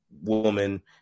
woman